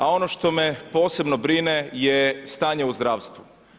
A ono što me posebno brine je stanje u zdravstvu.